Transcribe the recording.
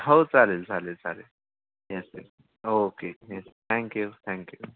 हो चालेल चालेल चालेल yes yes okay yes thank you thank you